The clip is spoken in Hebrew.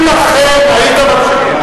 אם אכן, תקנון.